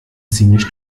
ziemlich